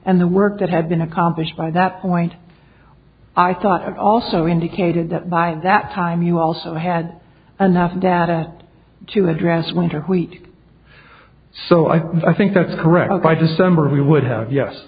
and the work that had been accomplished by that point i thought and also indicated that by that time you also had another data to address winter wheat so i i think that's correct by december we would have yes